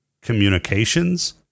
communications